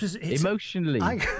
Emotionally